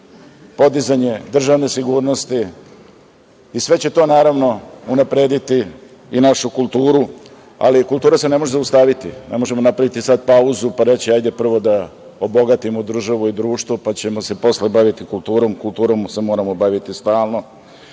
podizanje državne sigurnosti i sve će to naravno unaprediti i našu kulturu, ali kultura se ne može zaustaviti. Ne možemo napraviti sada pauzu pa reći, hajde prvo da obogatimo državu i društvo, pa ćemo se posle baviti kulturom. Kulturom se moramo baviti stalno. Lepo